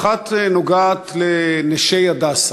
האחת נוגעת ל"נשות הדסה",